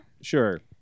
Sure